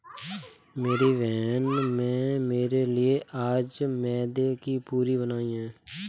मेरी बहन में मेरे लिए आज मैदे की पूरी बनाई है